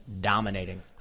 dominating